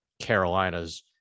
Carolinas